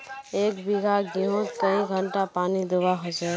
एक बिगहा गेँहूत कई घंटा पानी दुबा होचए?